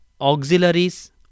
auxiliaries